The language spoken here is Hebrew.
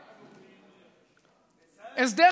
בצלאל, תהיה נאמן לאמת, אין הדבקות בהפגנות.